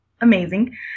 amazing